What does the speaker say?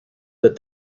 that